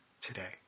today